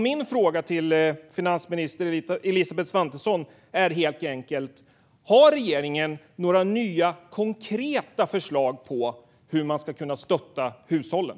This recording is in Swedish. Min fråga till finansminister Elisabeth Svantesson är helt enkelt: Har regeringen några nya konkreta förslag på hur man ska kunna stötta hushållen?